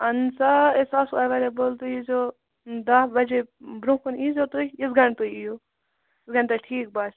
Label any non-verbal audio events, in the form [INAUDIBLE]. اَہن حظ آ أسۍ آسَو ایویلبل تُہُۍ ییٖزٮ۪و دَہ بَجے برٛونٛہہ کُن ییٖزیو تُہۍ [UNINTELLIGIBLE] تُہۍ یِیِو یُس گَن تۄہہِ ٹھیٖک باسہِ